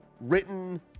written